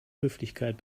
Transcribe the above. höflichkeit